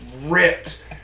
ripped